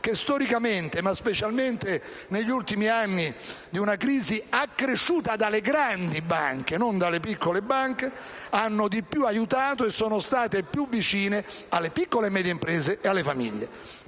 che storicamente, ma specialmente negli ultimi anni di una crisi accresciuta dalle grandi banche - non dalle piccole - hanno di più aiutato e sono più state vicine alle piccole e medie imprese e alle famiglie.